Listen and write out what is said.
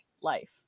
life